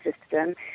system